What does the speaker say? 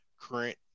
current